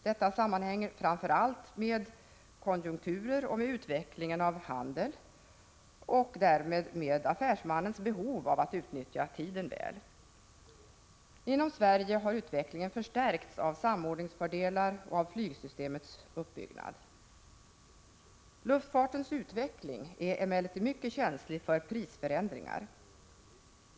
Detta sammanhänger framför allt med konjunkturerna och med utvecklingen av handeln men också med affärsmannens behov av att utnyttja tiden väl. Inom Sverige har denna utveckling förstärkts av samordningsfördelar och av flygsystemets uppbyggnad. Luftfartens utveckling är emellertid mycket känslig för prisförändringar.